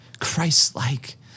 Christ-like